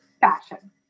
Fashion